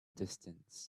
distance